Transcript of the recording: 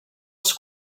els